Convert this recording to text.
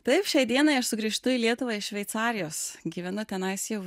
taip šiai dienai aš sugrįžtu į lietuvą iš šveicarijos gyvenu tenais jau